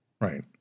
Right